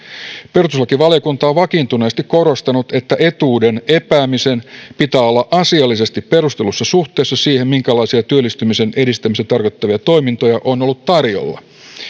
perustuslakivaliokunta on vakiintuneesti korostanut että etuuden epäämisen pitää olla asiallisesti perustellussa suhteessa siihen minkälaisia työllistymisen edistämistä tarkoittavia toimintoja on ollut tarjolla